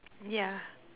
yeah